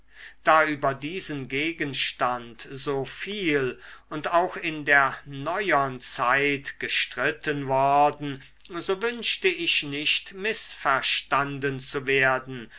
da über diesen gegenstand so viel und auch in der neuern zeit gestritten worden so wünschte ich nicht mißverstanden zu werden